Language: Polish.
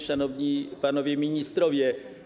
Szanowni Panowie Ministrowie!